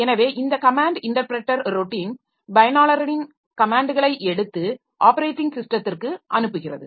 எனவே இந்த command interpreter routine பயனாளரின் கமேன்ட்களை எடுத்து ஆப்பரேட்டிங் ஸிஸ்டத்திற்கு அனுப்புகிறது